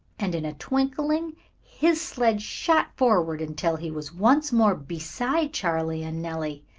and in a twinkling his sled shot forward until he was once more beside charley and nellie.